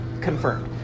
confirmed